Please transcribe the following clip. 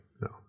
no